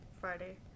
friday